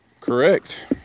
Correct